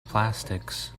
plastics